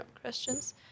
questions